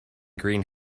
green